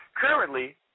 Currently